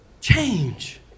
Change